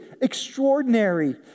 extraordinary